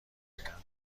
میگویند